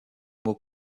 mots